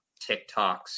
TikToks